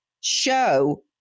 show